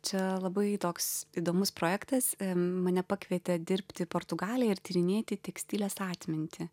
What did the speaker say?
čia labai toks įdomus projektas mane pakvietė dirbt į portugaliją ir tyrinėti tekstilės atmintį